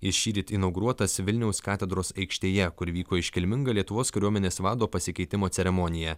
jis šįryt inauguruotas vilniaus katedros aikštėje kur vyko iškilminga lietuvos kariuomenės vado pasikeitimo ceremonija